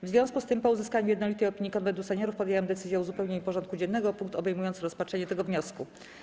W związku z tym, po uzyskaniu jednolitej opinii Konwentu Seniorów, podjęłam decyzję o uzupełnieniu porządku dziennego o punkt obejmujący rozpatrzenie tego wniosku.